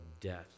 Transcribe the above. death